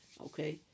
Okay